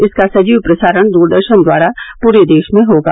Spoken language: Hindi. इसका सजीव प्रसारण दूरदर्शन द्वारा पूरे देश में होगा